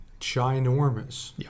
ginormous